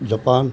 Japan